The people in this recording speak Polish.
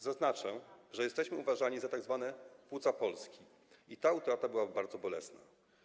Zaznaczę, że jesteśmy uważani za tzw. płuca Polski i ta utrata byłaby bardzo bolesna.